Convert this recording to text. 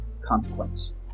consequence